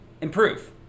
Improve